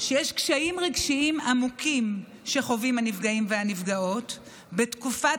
שיש קשיים רגשיים עמוקים שחווים הנפגעים והנפגעות בתקופת